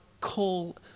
call